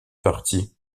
parti